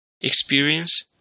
Experience